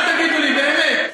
אל תגידו לי, באמת.